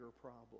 problem